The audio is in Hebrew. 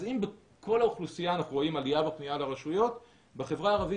אז אם בכל האוכלוסייה אנחנו רואים עלייה בפנייה לרשויות בחברה הערבית